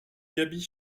gaby